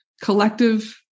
collective